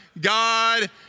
God